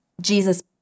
Jesus